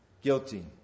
guilty